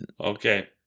Okay